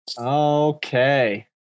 okay